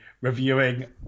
reviewing